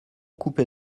coupé